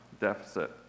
deficit